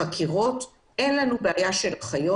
החקירות: אין בעיה של אחיות.